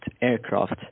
aircraft